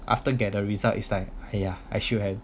after get a result is like !aiya! I should have